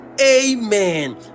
Amen